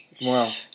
Wow